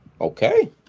okay